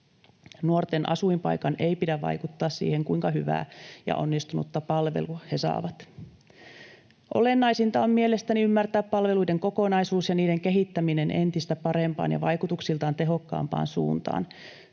Nuorten asuinpaikan ei pidä vaikuttaa siihen, kuinka hyvää ja onnistunutta palvelua he saavat. Olennaisinta on mielestäni ymmärtää palveluiden kokonaisuus ja niiden kehittäminen entistä parempaan ja vaikutuksiltaan tehokkaampaan suuntaan.